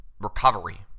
recovery